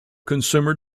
consumer